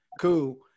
cool